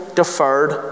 deferred